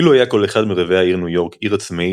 אילו היה כל אחד מרבעי העיר ניו יורק עיר עצמאית,